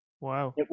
Wow